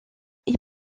est